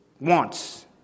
wants